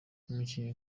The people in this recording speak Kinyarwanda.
umukinnyi